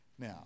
Now